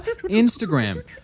Instagram